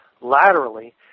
laterally